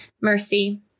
mercy